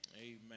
Amen